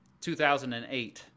2008